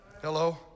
Hello